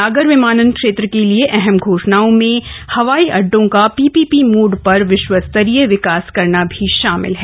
नागर विमानन क्षेत्र के लिए अहम घोषणाओं में हवाई अड्डों का पीपीपी मोड पर विश्वस्तरीय विकास करना शामिल है